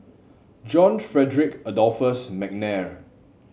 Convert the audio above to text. John Frederick Adolphus McNair